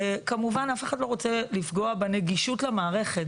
כמובן שאף אחד לא רוצה לפגוע בנגישות למערכת,